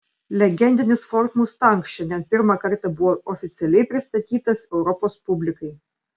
legendinis ford mustang šiandien pirmą kartą buvo oficialiai pristatytas europos publikai